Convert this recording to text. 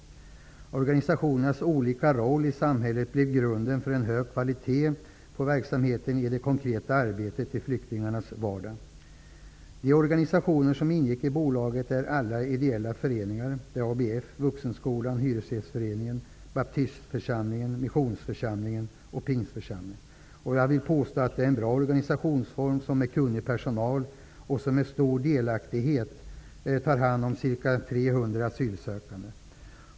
Organisationernas olika roller i samhället blev grunden för en hög kvalitet på verksamheten i det konkreta arbetet i flyktingarnas vardag. De organisationer som ingick i bolaget är alla ideella föreningar: ABF, Vuxenskolan, Missionsförsamlingen och Pingstförsamlingen. Jag vill påstå att det är en bra organisationsform som med kunnig personal med stor delaktighet tar hand om ca 300 asylsökande.